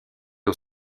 aux